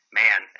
man